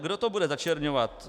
Kdo to bude začerňovat?